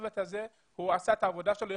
הצוות הזה עשה את העבודה שלו,